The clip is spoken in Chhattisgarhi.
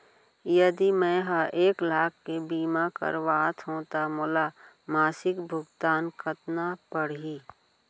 यदि मैं ह एक लाख के बीमा करवात हो त मोला मासिक भुगतान कतना पड़ही?